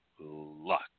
luck